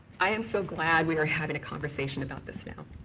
i am so glad we are having a conversation about this now.